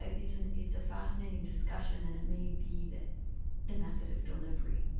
ah it's and it's a fascinating discussion, and it may be that the method of delivery.